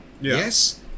yes